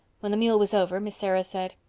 when the meal was over miss sarah said,